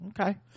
Okay